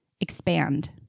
Expand